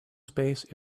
space